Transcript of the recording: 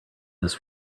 this